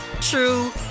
true